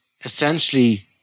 essentially